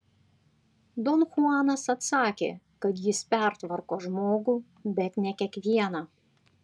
don chuanas atsakė kad jis pertvarko žmogų bet ne kiekvieną